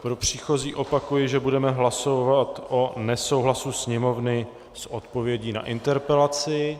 Pro příchozí opakuji, že budeme hlasovat o nesouhlasu Sněmovny s odpovědí na interpelaci.